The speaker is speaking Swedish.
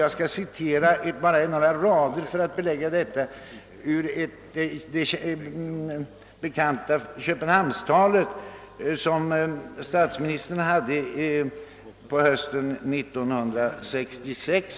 Jag skall citera bara några rader som belägg för detta ur det bekanta köpenhamnstalet som statsministern höll på hösten 1966.